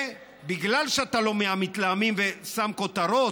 ובגלל שאתה לא מהמתלהמים ושם כותרות,